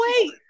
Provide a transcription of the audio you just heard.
wait